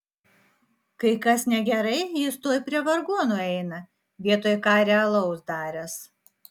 kai kas negerai jis tuoj prie vargonų eina vietoj ką realaus daręs